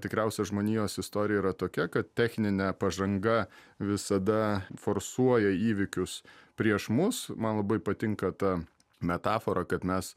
tikriausia žmonijos istorija yra tokia kad techninė pažanga visada forsuoja įvykius prieš mus man labai patinka ta metafora kad mes